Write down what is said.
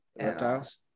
Reptiles